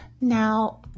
now